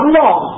law